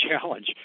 challenge